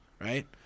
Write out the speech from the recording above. right